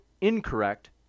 incorrect